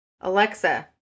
Alexa